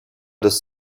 das